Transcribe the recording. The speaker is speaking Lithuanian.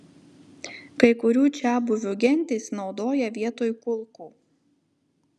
kai kurių čiabuvių gentys naudoja vietoj kulkų